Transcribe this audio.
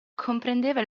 comprendeva